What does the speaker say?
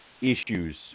issues